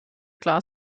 klar